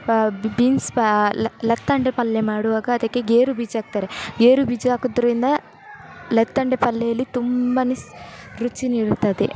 ಪ ಬೀನ್ಸ್ ಪಾ ಲತ್ತಂಡೆ ಪಲ್ಯ ಮಾಡುವಾಗ ಅದಕ್ಕೆ ಗೇರು ಬೀಜ ಹಾಕ್ತಾರೆ ಗೇರು ಬೀಜ ಹಾಕೋದ್ರಿಂದ ಲತ್ತಂಡೆ ಪಲ್ಯದಲ್ಲಿ ತುಂಬನೇ ರುಚಿ ನೀಡುತ್ತದೆ